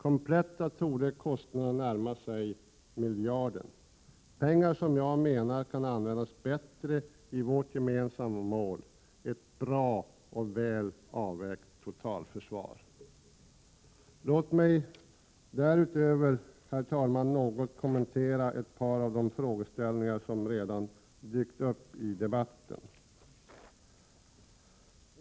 Kompletta torde kostnaden för dem närma sig miljarden, pengar som jag menar kan användas bättre i vårt gemensamma mål: ett bra och väl avvägt totalförsvar. Låt mig därutöver, herr talman, något kommentera ett par av de frågeställningar som dykt upp i debatten.